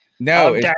No